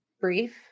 brief